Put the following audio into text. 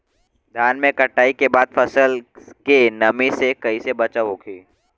धान के कटाई के बाद फसल के नमी से कइसे बचाव होखि?